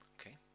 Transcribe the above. Okay